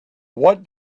what